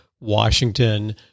Washington